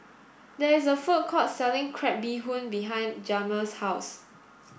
there is a food court selling crab bee hoon behind Jamir's house